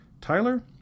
Tyler